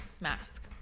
mask